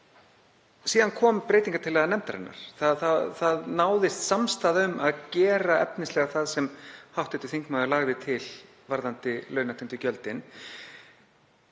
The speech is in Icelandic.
síðan kom breytingartillaga nefndarinnar. Þar náðist samstaða um að gera efnislega það sem hv. þingmaður lagði til varðandi launatengdu gjöldin.